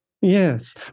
Yes